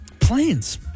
planes